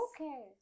Okay